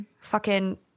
Fucking-